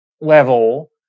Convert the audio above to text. level